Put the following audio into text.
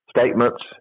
statements